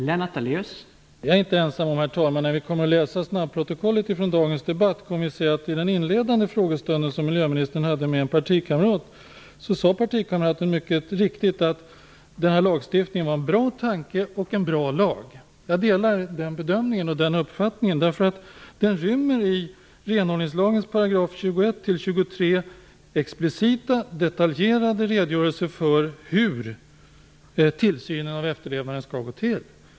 Herr talman! Jag är inte ensam. När vi kommer att läsa snabbprotokollet från dagens debatt kommer vi att se att den inledande frågestund som miljöministern hade med en partikamrat sade partikamraten mycket riktigt att den här lagstiftningen var en bra tanke och en bra lag. Jag delar den bedömningen och den uppfattningen. Den rymmer i 21-23 §§ renhållningslagens explicita detaljerade redogörelser för hur tillsynen av efterlevnaden skall gå till.